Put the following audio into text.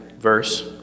verse